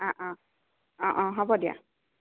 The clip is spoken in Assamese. অঁ অঁ অঁ অঁ হ'ব দিয়া